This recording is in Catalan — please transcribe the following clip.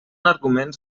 arguments